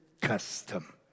custom